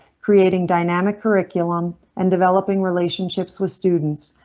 creating dynamic curriculum and developing relationships with students,